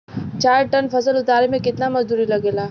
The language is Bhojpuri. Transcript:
चार टन फसल उतारे में कितना मजदूरी लागेला?